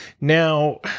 Now